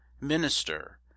minister